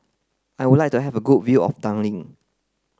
I would like to have a good view of Dublin